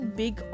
big